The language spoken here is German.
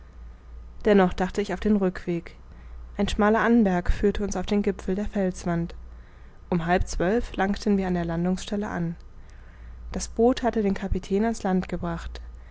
dennoch dachte ich auf den rückweg ein schmaler anberg führte uns auf den gipfel der felswand um halb zwölf langten wir an der landungsstelle an das boot hatte den kapitän an's land gebracht